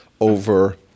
over